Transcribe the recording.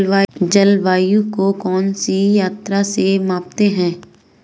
जलवायु को कौन से यंत्र से मापते हैं?